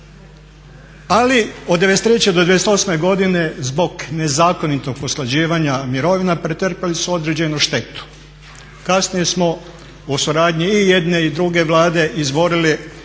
Ali od '93. do '98. godine zbog nezakonitog usklađivanja mirovina pretrpili su određenu štetu. Kasnije smo u suradnji i jedne i druge Vlade izborili